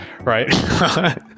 right